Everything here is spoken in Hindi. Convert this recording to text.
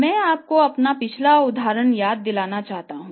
मैं आपको अपना पिछला उदाहरण याद दिलाना चाहता हूं